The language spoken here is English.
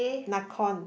Nakon